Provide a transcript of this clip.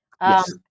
Yes